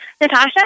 Natasha